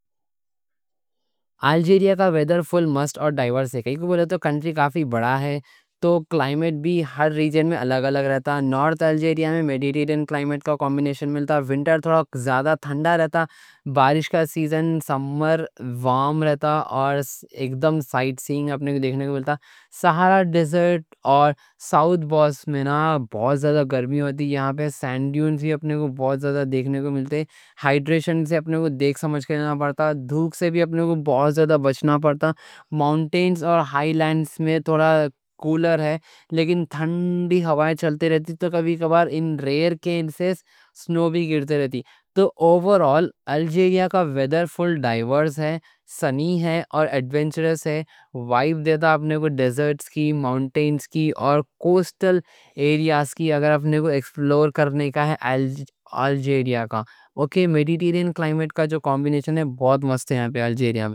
الجیریا کا ویدر فل مست اور ڈائیورز ہے، کائیں کوں بولے تو کنٹری کافی بڑا ہے تو کلائمیٹ بھی ہر ریجن میں الگ الگ رہتا۔ نورتھ الجیریا میں میڈیٹیرین کلائمیٹ کا کمبینیشن ملتا۔ ونٹر تھوڑا زیادہ تھنڈا رہتا، بارش کا سیزن، سمر وارم رہتا اور اکدم سائٹ سیئنگ اپنے کو دیکھنے کو ملتا۔ سہارا ڈیزرٹ اور ساؤتھ میں بہت زیادہ گرمی ہوتی، یہاں پہ سینڈ ڈیونز بھی اپنے کو بہت زیادہ دیکھنے کو ملتے۔ ہائیڈریشن سے اپنے کو دیکھ سمجھ کر لینا پڑتا، دھوپ سے بھی اپنے کو بہت زیادہ بچنا پڑتا۔ ماؤنٹینز اور ہائی لینڈز میں تھوڑا کولر ہے، لیکن ٹھنڈی ہوائیں چلتی رہتی تو کبھی کبھار ریئر کیس میں سنو بھی گرتی رہتی۔ تو اوورآل الجیریا کا ویدر فل ڈائیورز ہے، سنی ہے اور ایڈونچرس ہے۔ وائب دیتا اپنے کو ڈیزرٹس کی، ماؤنٹینز کی اور کوسٹل ایریاز کی اگر اپنے کو ایکسپلور کرنے کا ہے۔ الجیریا کا میڈیٹیرین کلائمیٹ کا جو کمبینیشن ہے بہت مست ہے یہاں پہ الجیریا میں۔